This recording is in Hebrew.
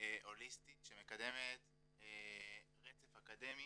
הוליסטית שמקדמת רצף אקדמי,